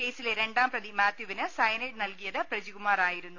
കേസിലെ രണ്ടാം പ്രതി മാത്യുവിന് സയനൈഡ് നൽകിയത് പ്രജികുമാറാ യിരുന്നു